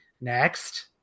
next